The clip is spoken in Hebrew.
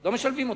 לא משלבים אותם.